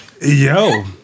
Yo